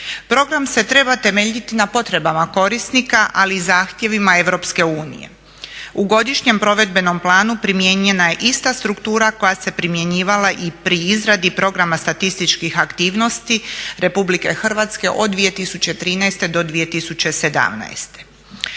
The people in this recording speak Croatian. Program se treba temeljiti na potrebama korisnika, ali i zahtjevima Europske unije. U godišnjem provedbenom planu primijenjena je ista struktura koja se primjenjivala i pri izradi Programa statističkih aktivnosti Republike Hrvatske od 2013. do 2017.